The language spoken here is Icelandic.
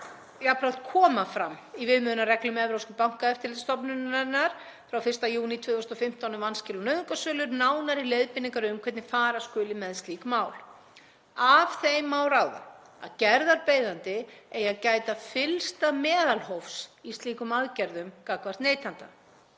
Jafnframt koma fram í viðmiðunarreglum Evrópska bankaeftirlitsins frá 1. júní 2015, um vanskil og nauðungarsölu, nánari leiðbeiningar um hvernig fara skuli með slík mál. Af þeim má ráða að gerðarbeiðandi eigi að gæta fyllsta meðalhófs í slíkum aðgerðum gagnvart neytanda.